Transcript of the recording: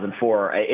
2004